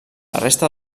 resta